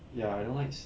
ya I don't like